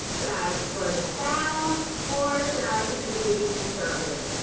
should i explore the styles or should i continue to be conservative?